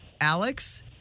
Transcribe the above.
Alex